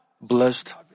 blessed